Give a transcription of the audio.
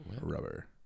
Rubber